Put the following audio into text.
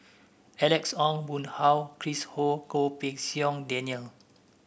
Alex Ong Boon Hau Chris Ho and Goh Pei Siong Daniel